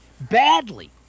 badly